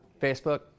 Facebook